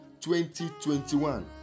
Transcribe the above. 2021